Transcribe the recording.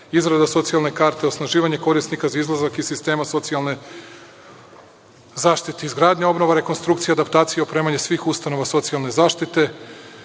izrada socijalne karte, osnaživanje korisnika za izlazak iz sistema socijalne zaštite, izgradnja, obnova, rekonstrukcija, adaptacija i opremanje svih ustanova socijalne zaštite,